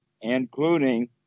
including